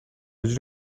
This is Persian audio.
جوری